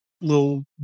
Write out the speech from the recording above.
little